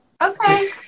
okay